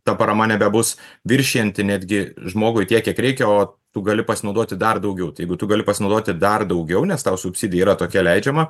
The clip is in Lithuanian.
ta parama nebebus viršijanti netgi žmogui tiek kiek reikia o tu gali pasinaudoti dar daugiau tai jeigu tu gali pasinaudoti dar daugiau nes tau subsidija yra tokia leidžiama